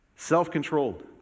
Self-controlled